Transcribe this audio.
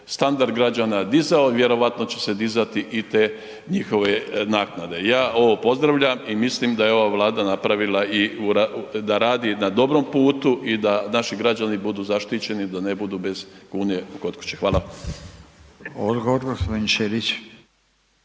standard građana dizao, vjerojatno će se dizati i te njihove naknade. Ja ovo pozdravljam i mislim da je ova Vlada napravila i da radi na dobrom putu i da naši građani budu zaštićeni da ne budu bez kune kod kuće. Hvala.